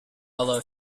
ella